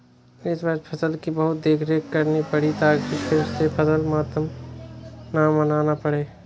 इस वर्ष फसल की बहुत देखरेख करनी पड़ी ताकि फिर से फसल मातम न मनाना पड़े